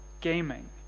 gaming